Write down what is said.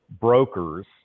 brokers